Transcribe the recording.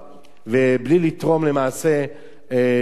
בלי לתרום למעשה דבר.